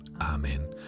Amen